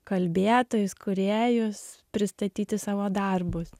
kalbėtojus kūrėjus pristatyti savo darbus